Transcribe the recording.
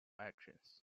actions